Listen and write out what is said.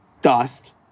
dust